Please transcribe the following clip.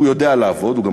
הוא יודע לעבוד.